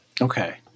Okay